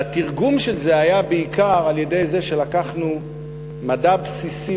והתרגום של זה היה בעיקר על-ידי זה שלקחנו מדע בסיסי